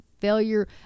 failure